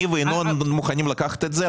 אני וינון מוכנים לקחת את זה,